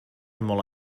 molt